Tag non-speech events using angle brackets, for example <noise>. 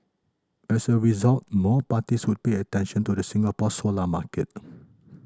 as a result more parties would pay attention to the Singapore solar market <noise>